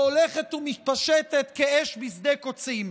שהולכת ומתפשטת כאש בשדה קוצים.